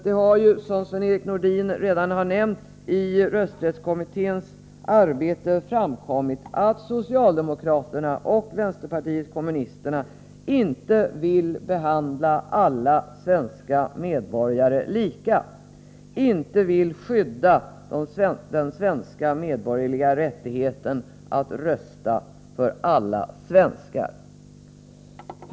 Det har ju, som Sven-Erik Nordin redan har nämnt, vid rösträttskommitténs arbete framkommit att socialdemokraterna och vänsterpartiet kommunisterna inte vill behandla alla svenska medborgare lika, dvs. de vill inte skydda den svenska medborgerliga rättigheten för alla svenskar att rösta.